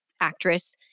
actress